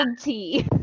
tea